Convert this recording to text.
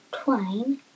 twine